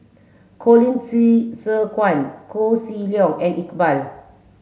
Colin Qi Zhe Quan Koh Seng Leong and Iqbal